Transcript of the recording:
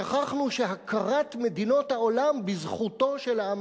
שכחנו שהכרת מדינות העולם בזכותו של העם